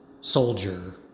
soldier